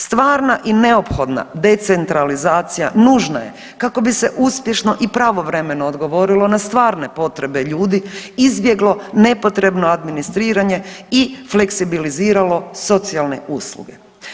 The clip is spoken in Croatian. Stvarna i neophodna decentralizacija nužna je kako bi se uspješno i pravovremeno odgovorilo na stvarne potrebe ljudi, izbjeglo nepotrebno administriranje i fleksibiliziralo socijalne usluge.